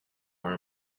her